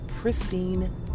pristine